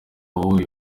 wowe